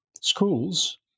schools